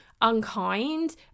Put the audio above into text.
unkind